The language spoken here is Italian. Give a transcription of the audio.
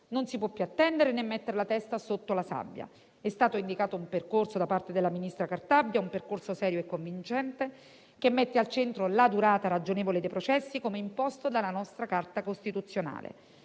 Non si può più attendere, né mettere la testa sotto la sabbia. È stato indicato da parte della ministra Cartabia un percorso serio e convincente, che mette al centro la durata ragionevole dei processi, come imposto dalla nostra Carta costituzionale.